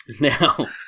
Now